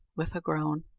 with a groan.